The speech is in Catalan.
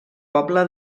poble